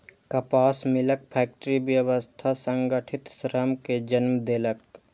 कपास मिलक फैक्टरी व्यवस्था संगठित श्रम कें जन्म देलक